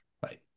Bye